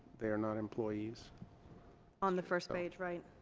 they are not employees on the first page right